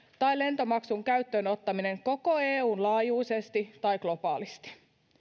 tai lentomaksun käyttöönottaminen koko eun laajuisesti tai globaalisti